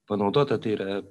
panaudota tai yra